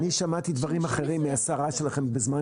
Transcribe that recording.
אני שמעתי דברים אחרים מהשרה שלכם בזמן